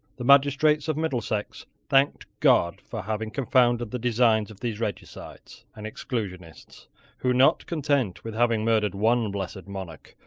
the magistrates of middlesex thanked god for having confounded the designs of those regicides and exclusionists who, not content with having murdered one blessed monarch,